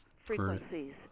frequencies